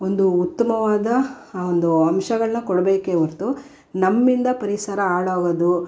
ಒಂದು ಉತ್ತಮವಾದ ಆ ಒಂದು ಅಂಶಗಳನ್ನು ಕೊಡಬೇಕೇ ಹೊರ್ತು ನಮ್ಮಿಂದ ಪರಿಸರ ಹಾಳಾಗೋದು